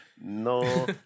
No